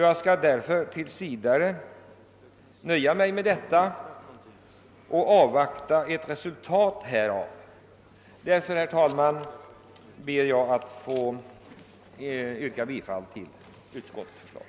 Jag skall därför tills vidare nöja mig med att avvakta resultatet härav och ber således, herr talman, att få yrka bifall till utskottets förslag.